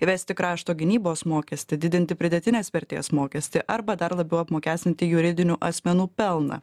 įvesti krašto gynybos mokestį didinti pridėtinės vertės mokestį arba dar labiau apmokestinti juridinių asmenų pelną